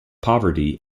poverty